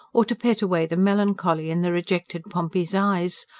or to pet away the melancholy in the rejected pompey's eyes,